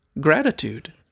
gratitude